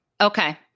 okay